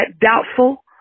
doubtful